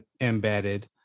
Embedded